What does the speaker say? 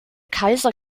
kaiser